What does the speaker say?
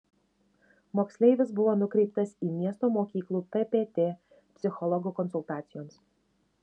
moksleivis buvo nukreiptas į miesto mokyklų ppt psichologo konsultacijoms